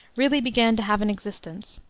really began to have an existence.